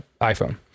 iphone